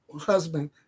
husband